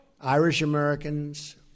Irish-Americans